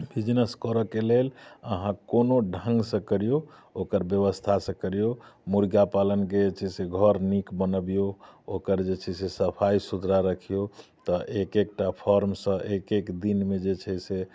business करऽके लेल आहाँ कोनो ढ़ङ्गसँ करियौ ओकर व्यवस्थासँ करियौ मुर्गापालन जे छै से घर नीक बनबियौ ओकर जे छै से सफाइ सुथरा रखियौ तऽ एक एकटा फार्मसँ एक एक दिनमे जे छै से